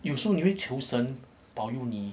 有时候你会求神保佑你